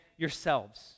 yourselves